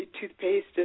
toothpaste